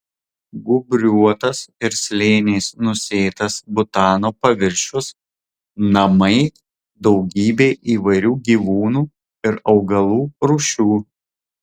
gūbriuotas ir slėniais nusėtas butano paviršius namai daugybei įvairių gyvūnų ir augalų rūšių